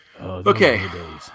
Okay